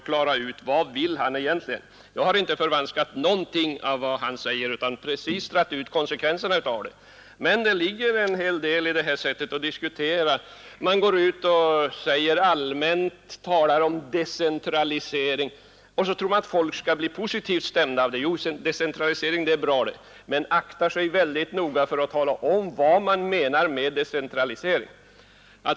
Klara ut vad Ni egentligen vill! Jag har inte förvanskat någonting av vad herr Sjönell sagt utan precis dragit ut konsekvenserna av det. Men det ligger en hel del i det här sättet att diskutera. Man går ut och talar allmänt om decentralisering, och så tror man att folk skall bli positivt stämda. Jo, decentralisering är bra — men man aktar sig väldigt noga för att tala om, vad man menar med decentralisering.